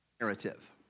narrative